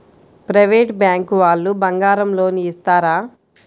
Private bank వాళ్ళు బంగారం loan ఇస్తారా?